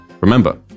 Remember